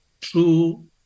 true